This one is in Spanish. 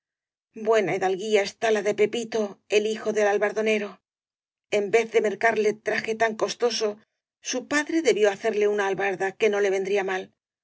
na hidalguía está la de pepito el hijo del albardonero en vez de mercarle traje tan costoso su pa dre debió hacerle una albarda que no le vendría mal